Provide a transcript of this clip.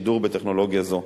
השידור בטכנולוגיה זו.